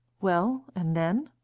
well, and then?